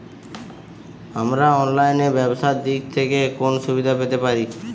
আমরা অনলাইনে ব্যবসার দিক থেকে কোন সুবিধা পেতে পারি?